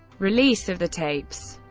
release of the tapes